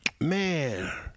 Man